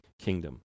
kingdom